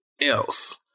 else